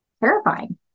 terrifying